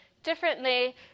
differently